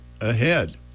ahead